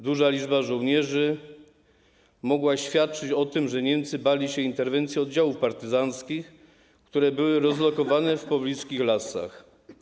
Duża liczba żołnierzy mogła świadczyć o tym, że Niemcy bali się interwencji oddziałów partyzanckich, które były rozlokowane w pobliskich lasach.